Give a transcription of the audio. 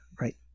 right